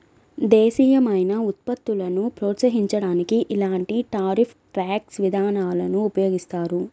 దేశీయమైన ఉత్పత్తులను ప్రోత్సహించడానికి ఇలాంటి టారిఫ్ ట్యాక్స్ విధానాలను ఉపయోగిస్తారు